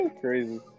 crazy